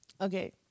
Okay